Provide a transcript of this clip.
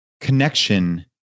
connection